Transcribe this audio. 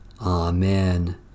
Amen